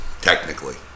technically